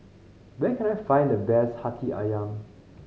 where can I find the best Hati Ayam